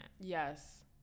Yes